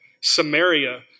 Samaria